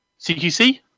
CQC